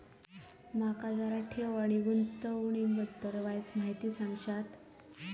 माका जरा ठेव आणि गुंतवणूकी बद्दल वायचं माहिती सांगशात?